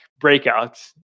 breakouts